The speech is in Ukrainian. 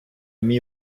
мій